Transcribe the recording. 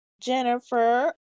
Jennifer